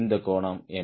இந்த கோணம் என்ன